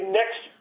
next